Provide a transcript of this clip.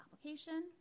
application